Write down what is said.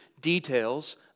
details